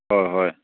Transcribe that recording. ꯍꯣꯏ ꯍꯣꯏ